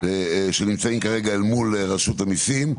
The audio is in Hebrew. שנמצאים כרגע אל מול רשות המיסים.